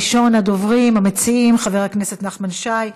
ראשון הדוברים, המציעים, חבר הכנסת נחמן שי.